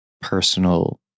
personal